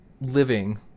living